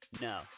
no